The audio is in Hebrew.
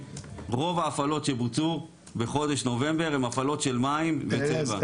רוב ההפעלות שבוצעו בחודש נובמבר הן הפעלות של מים וצבע.